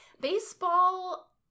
Baseball